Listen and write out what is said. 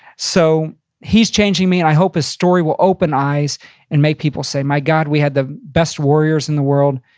so he's changing me. i hope his story will open eyes and make people say, my god, we had the best warriors in the world.